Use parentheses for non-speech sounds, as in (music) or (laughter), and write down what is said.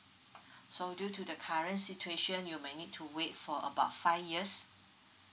(breath) so due to the current situation you might need to wait for about five years